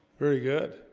very good